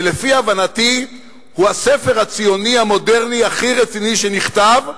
שלפי הבנתי הוא הספר הציוני המודרני הכי רציני שנכתב.